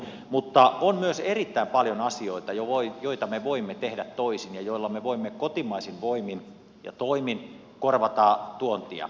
mutta on myös erittäin paljon asioita joita me voimme tehdä toisin ja joilla me voimme kotimaisin voimin ja toimin korvata tuontia